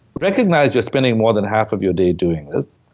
recognize you're spending more than half of your day doing this.